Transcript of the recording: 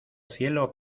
cielo